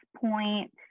point